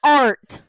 art